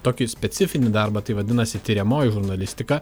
tokį specifinį darbą tai vadinasi tiriamoji žurnalistika